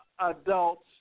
adults